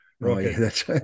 Right